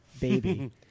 baby